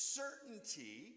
certainty